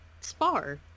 spar